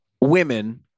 women